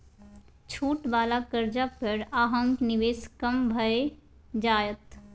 छूट वला कर्जा पर अहाँक निवेश कम भए जाएत